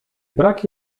brak